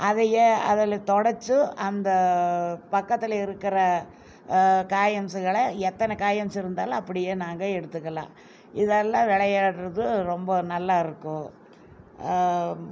அதை அதில் துடச்சு அந்த பக்கத்தில் இருக்கிற காயின்ஸுகளை எத்தனை காயின்ஸ் இருந்தாலும் அப்படியே நாங்கள் எடுத்துக்கலாம் இதெல்லாம் விளையாட்றது ரொம்ப நல்லாயிருக்கும்